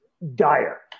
Dire